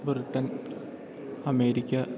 Britain America